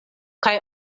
kaj